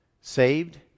saved